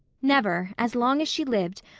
never, as long as she lived,